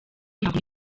ntabwo